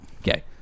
Okay